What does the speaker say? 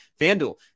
FanDuel